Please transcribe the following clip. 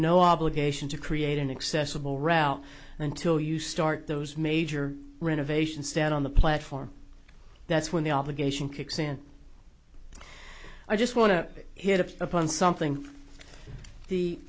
no obligation to create an accessible route until you start those major renovation stand on the platform that's when the obligation kicks in i just want to hit upon something the